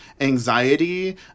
anxiety